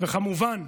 וכמובן,